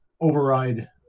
override